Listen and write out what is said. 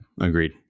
agreed